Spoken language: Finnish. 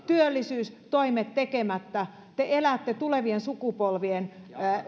työllisyystoimet tekemättä te elätte tulevien sukupolvien